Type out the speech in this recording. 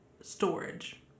storage